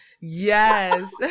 Yes